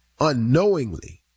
unknowingly